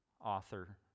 author